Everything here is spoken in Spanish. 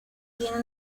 tiene